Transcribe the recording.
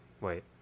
Wait